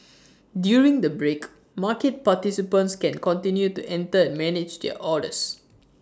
during the break market participants can continue to enter and manage their orders